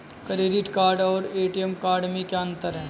Credit card और ATM card में क्या अंतर है?